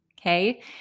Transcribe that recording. okay